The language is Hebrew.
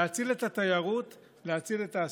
להציל את התיירות, להציל את העסקים.